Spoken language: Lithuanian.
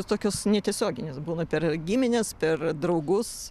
tokios netiesioginės būna per gimines per draugus